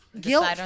Guilt